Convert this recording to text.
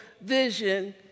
vision